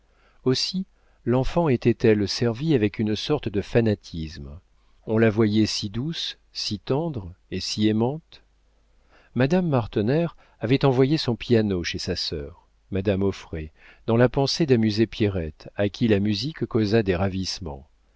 aussi l'enfant était-elle servie avec une sorte de fanatisme on la voyait si douce si tendre et si aimante madame martener avait envoyé son piano chez sa sœur madame auffray dans la pensée d'amuser pierrette à qui la musique causa des ravissements